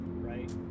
Right